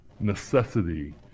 Necessity